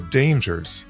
dangers